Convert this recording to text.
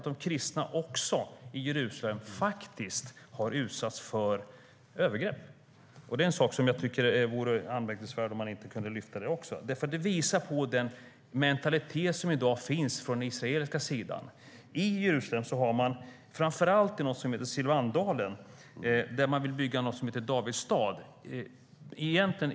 De kristna i Jerusalem har också utsatts för övergrepp, och det vore anmärkningsvärt att inte lyfta fram det också eftersom det visar den mentalitet som finns hos Israel. I Silwandalen vill Israel bygga något som heter Davids stad.